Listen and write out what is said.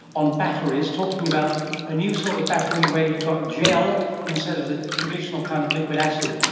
on batteries, talking about a new sort of battery where you got gel instead of the traditional kind of liquid acid,